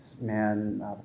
Man